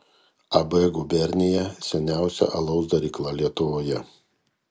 ab gubernija seniausia alaus darykla lietuvoje